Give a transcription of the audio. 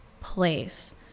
place